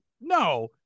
no